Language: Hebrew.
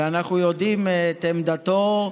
ואנחנו יודעים את עמדתו,